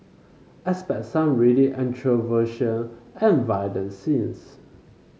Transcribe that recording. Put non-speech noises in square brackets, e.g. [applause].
expect some really [unintelligible] and violent scenes